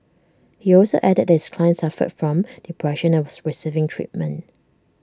he also added that his client suffered from depression and was receiving treatment